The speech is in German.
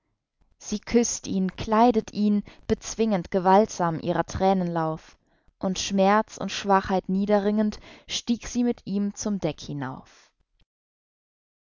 sie küßt ihn kleidet ihn bezwingend gewaltsam ihrer thränen lauf und schmerz und schwachheit niederringend stieg sie mit ihm zum deck hinauf